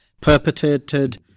perpetrated